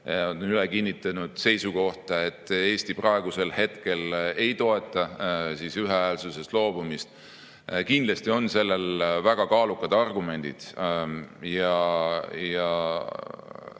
üle kinnitanud seisukohta, et Eesti praegusel hetkel ei toeta ühehäälsusest loobumist. Kindlasti on sellel väga kaalukad argumendid.